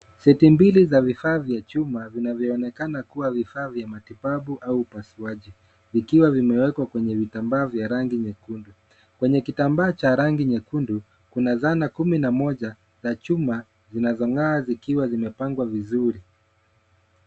Seti mbili za vifaa vya chuma, vinavyoonekana kuwa vifaa vya matibabu au upasuaji, vikiwa vimewekwa kwenye vitambaa vya rangi nyekundu. Kwenye kitambaa cha rangi nyekundu, kuna zana kumi na moja, za chuma, zinazong'aa zikiwa zimepangwa vizuri.